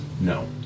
No